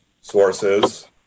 sources